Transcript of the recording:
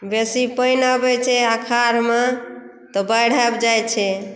बेसी पानि आबै छै अखाड़ मे तऽ बाढि आबि जाइत छै